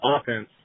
offense